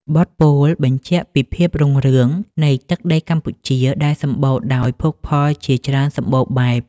បទពោលបញ្ជាក់ពីភាពរុងរឿងនៃទឹកដីកម្ពុជាដែលសម្បូរដោយភោគផលជាច្រើនសម្បូរបែប។